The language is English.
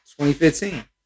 2015